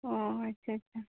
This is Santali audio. ᱚᱸᱻ ᱟᱪᱪᱷᱟ ᱟᱪᱪᱷᱟ